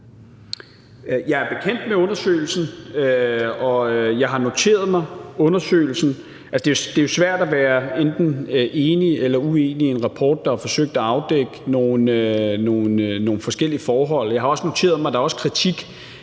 Jeg er bekendt med undersøgelsen, og jeg har noteret mig undersøgelsen. Det er jo svært at være enten enig eller uenig i en rapport, der har forsøgt at afdække nogle forskellige forhold. Jeg har også noteret mig, at der også er kritik